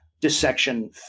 dissection